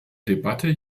debatte